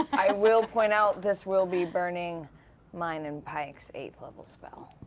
i will point out this will be burning mine and pike's eighth level spell,